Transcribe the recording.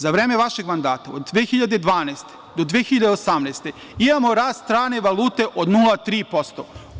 Za vreme vašeg mandata od 2012. do 2018. godine, imamo rast strane valute od 0,3%